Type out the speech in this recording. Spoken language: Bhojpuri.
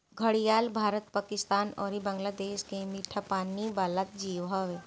घड़ियाल भारत, पाकिस्तान अउरी बांग्लादेश के मीठा पानी वाला जीव हवे